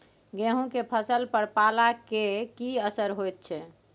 गेहूं के फसल पर पाला के की असर होयत छै?